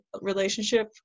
relationship